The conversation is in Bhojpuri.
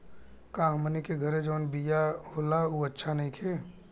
का हमनी के घरे जवन बिया होला उ अच्छा नईखे?